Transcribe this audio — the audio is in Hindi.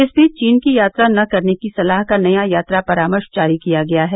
इस बीच चीन की यात्रा न करने की सलाह का नया यात्रा परामर्श जारी किया गया है